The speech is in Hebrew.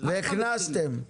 והכנסתם?